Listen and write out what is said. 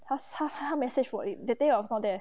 他他他 message 我 that day I was not there